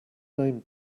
name